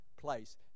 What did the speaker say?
place